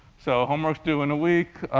so homework's due in a week.